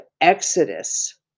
exodus